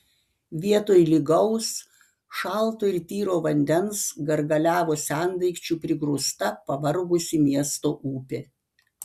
vietoj lygaus šalto ir tyro vandens gargaliavo sendaikčių prigrūsta pavargusi miesto upė